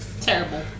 Terrible